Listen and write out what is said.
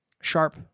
sharp